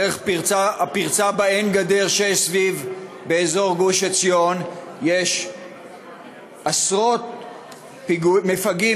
דרך הפרצה באין-גדר שיש סביב באזור גוש-עציון עשרות מפגעים